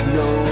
no